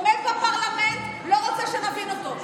עומד בפרלמנט, לא רוצה שנבין אותו.